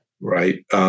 right